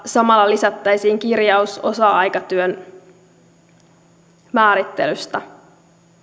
samalla lisättäisiin kirjaus osa aikatyön määrittelystä